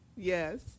Yes